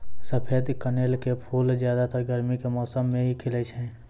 सफेद कनेल के फूल ज्यादातर गर्मी के मौसम मॅ ही खिलै छै